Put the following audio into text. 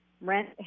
rent